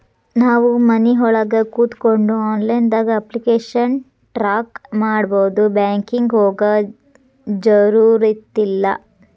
ನಾವು ಮನಿಒಳಗ ಕೋತ್ಕೊಂಡು ಆನ್ಲೈದಾಗ ಅಪ್ಲಿಕೆಶನ್ ಟ್ರಾಕ್ ಮಾಡ್ಬೊದು ಬ್ಯಾಂಕಿಗೆ ಹೋಗೊ ಜರುರತಿಲ್ಲಾ